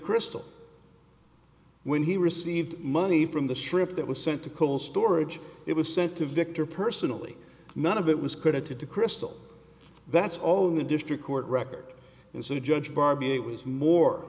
crystal when he received money from the shrimp that was sent to cold storage it was sent to victor personally none of it was credited to crystal that's all in the district court record and so the judge bar b it was more